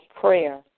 prayer